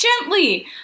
Gently